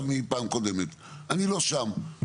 אני לא שם.